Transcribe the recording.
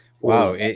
Wow